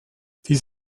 dies